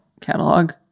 catalog